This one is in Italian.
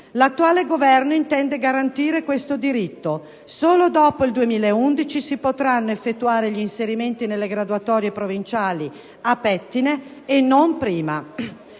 L'attuale Governo intende garantire questo diritto. Solo dopo il 2011 si potranno effettuare gli inserimenti nelle graduatorie provinciali a pettine e non prima.